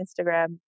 instagram